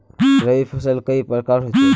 रवि फसल कई प्रकार होचे?